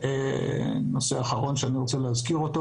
נושא אחרון שאני רוצה להזכיר: